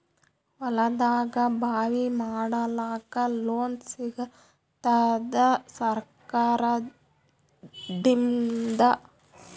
ಹೊಲದಾಗಬಾವಿ ಮಾಡಲಾಕ ಲೋನ್ ಸಿಗತ್ತಾದ ಸರ್ಕಾರಕಡಿಂದ?